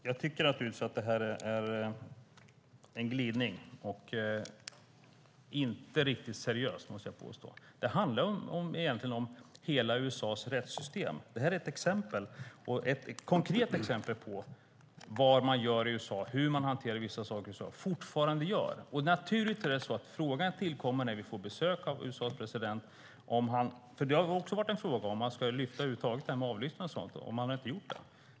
Herr talman! Jag tycker att detta är en glidning och inte riktigt seriöst. Det handlar om hela USA:s rättssystem, och detta är ett konkret exempel på vad man fortfarande gör i USA och hur man hanterar vissa saker. Naturligtvis kommer frågan upp när vi får besök av USA:s president. Det har också varit en fråga om huruvida man ska lyfta upp detta med avlyssningen, men det gjorde man inte.